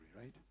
right